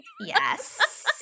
Yes